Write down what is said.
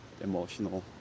emotional